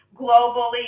globally